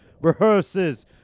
Rehearses